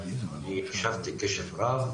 אני הקשבתי קשב רב,